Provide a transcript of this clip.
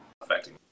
affecting